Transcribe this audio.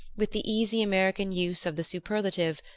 with the easy american use of the superlative,